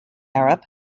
arab